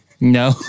No